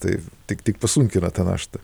tai tik tik pasunkina tą naštą